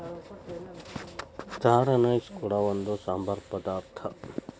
star anise ಕೂಡ ಒಂದು ಸಾಂಬಾರ ಪದಾರ್ಥ